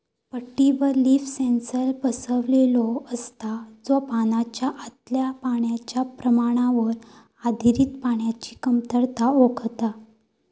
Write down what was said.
पट्टीवर leaf sensor बसवलेलो असता, जो पानाच्या आतल्या पाण्याच्या प्रमाणावर आधारित पाण्याची कमतरता ओळखता